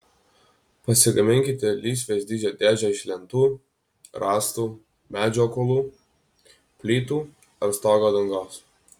pasigaminkite lysvės dydžio dėžę iš lentų rąstų medžio kuolų plytų ar stogo dangos